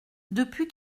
depuis